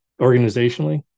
organizationally